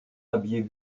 aviez